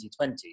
2020